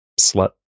slut